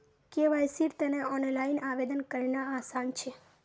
केवाईसीर तने ऑनलाइन आवेदन करना आसान छ